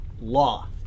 law